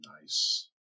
nice